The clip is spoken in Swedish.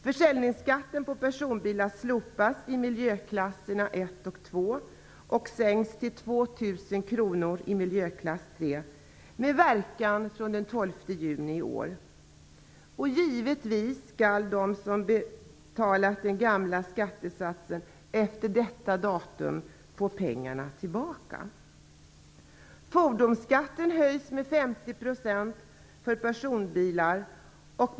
Försäljningsskatten på personbilar slopas i miljöklasserna 1 och 2 och sänks till 2 000 kr i miljöklass 3 med verkan från den 12 juni i år, och givetvis skall de som betalat den gamla skattesatsen efter detta datum få pengarna tillbaka.